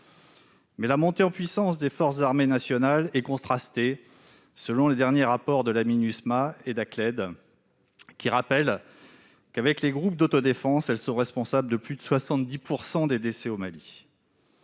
la montée en puissance des forces armées nationales est contrastée, selon les derniers rapports de la Minusma et d'Acled, qui rappellent que, en comptant les groupes d'autodéfense, celles-ci sont responsables de plus de 70 % des décès au Mali.